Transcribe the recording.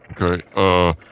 Okay